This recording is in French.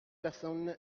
personne